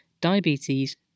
diabetes